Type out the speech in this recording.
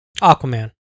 Aquaman